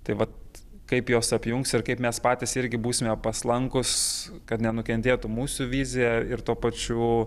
tai vat kaip jos apjungs ir kaip mes patys irgi būsime paslankūs kad nenukentėtų mūsų vizija ir tuo pačiu